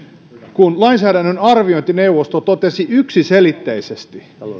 kun lainsäädännön arviointineuvosto totesi yksiselitteisesti